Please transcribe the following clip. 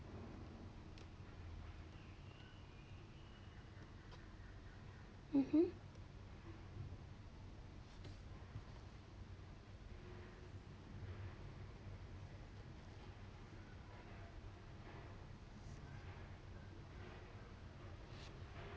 mmhmm